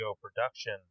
production